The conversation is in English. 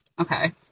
okay